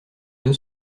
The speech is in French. deux